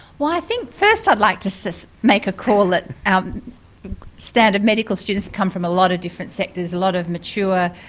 well i think first i'd like to so just make a call that our standard medical students come from a lot of different sectors, a lot of mature,